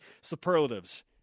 superlatives